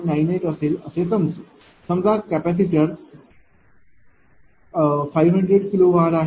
98 असेल असे म्हणू समजा कॅपेसिटर 500 kiloVAr आहे